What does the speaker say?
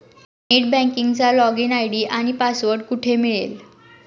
Net बँकिंगचा login ID आणि password कुठे मिळेल?